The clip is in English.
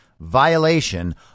violation